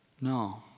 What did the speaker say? no